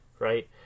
Right